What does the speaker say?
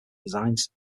designs